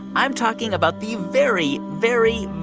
i'm talking about the very, very,